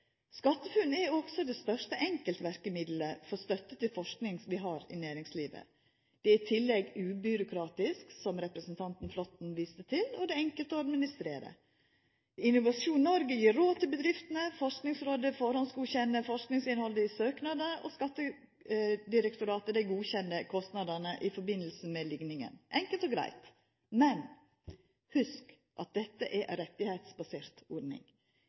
er også det største enkeltverkemiddelet vi har for støtte til forsking i næringslivet. Det er i tillegg ubyråkratisk, som representanten Flåtten viste til, og det er enkelt å administrera. Innovasjon Norge gjev råd til bedriftene, Forskingsrådet førehandsgodkjenner forskingsinnhaldet i søknadene, og Skattedirektoratet godkjenner kostnadene i samband med likninga. Enkelt og greitt – men hugs at dette er ei rettsbasert ordning.